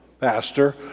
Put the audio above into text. Pastor